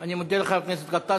אני מודה לך, חבר הכנסת גטאס.